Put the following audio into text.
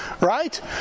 right